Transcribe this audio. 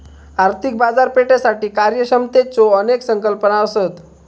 आर्थिक बाजारपेठेसाठी कार्यक्षमतेच्यो अनेक संकल्पना असत